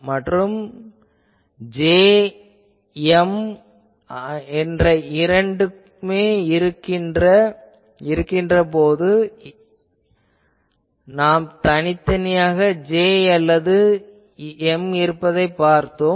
J மற்றும் M என்ற இரண்டுமே இருக்கும் போது ஏனெனில் இதற்கு முன்பு நாம் தனித்தனியாக J அல்லது M இருப்பதைப் பார்த்தோம்